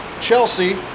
Chelsea